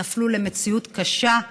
נפלו למציאות קשה,